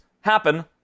happen